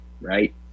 right